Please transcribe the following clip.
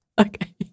Okay